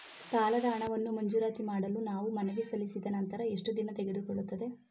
ಸಾಲದ ಹಣವನ್ನು ಮಂಜೂರಾತಿ ಮಾಡಲು ನಾವು ಮನವಿ ಸಲ್ಲಿಸಿದ ನಂತರ ಎಷ್ಟು ದಿನ ತೆಗೆದುಕೊಳ್ಳುತ್ತದೆ?